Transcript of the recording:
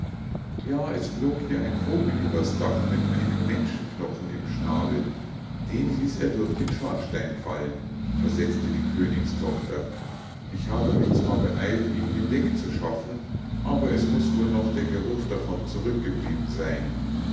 ja es flog hier ein vogel über's dach mit einem menschenknochen im schnabel den ließ er durch den schornstein fallen versetzte die königstochter ich habe mich zwar beeilt ihn hinwegzuschaffen aber es muß wohl noch der geruch davon zurückgeblieben sein